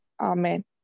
Amen